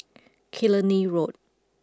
Killiney Road